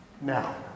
now